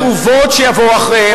האירועים האלה והתגובות שיבואו אחריהם.